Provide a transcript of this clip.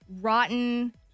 rotten